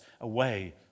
away